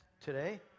today